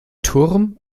turm